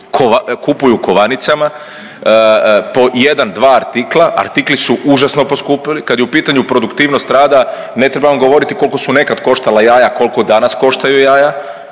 kupuju kovanicama po jedan dva artikla, artikli su užasno poskupili, kad je u pitanju produktivnost rada, ne trebam vam govoriti koliko su nekad koštala jaja kolko danas koštaju jaja.